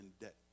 debt